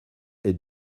est